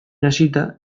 hasita